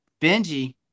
Benji